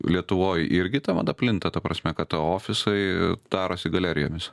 lietuvoj irgi ta mada plinta ta prasme kad ofisai darosi galerijomis